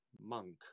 monk